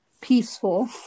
peaceful